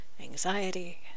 anxiety